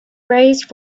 raised